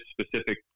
specific